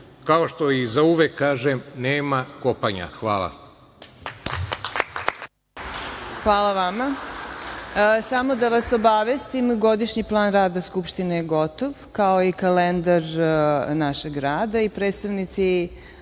kao što i za uvek kažem – nema kopanja. Hvala. **Marina Raguš** Hvala vama. Samo da vas obavestim godišnji plan rada Skupštine je godov, kao i kalendar našeg grada i predstavnici